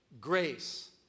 grace